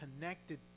connected